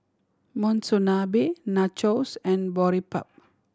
Monsunabe Nachos and Boribap